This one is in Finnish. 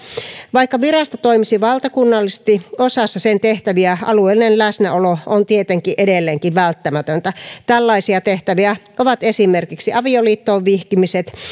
vaikka virasto toimisi valtakunnallisesti osassa sen tehtäviä alueellinen läsnäolo on tietenkin edelleenkin välttämätöntä tällaisia tehtäviä ovat esimerkiksi avioliittoon vihkimiset